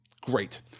Great